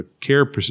care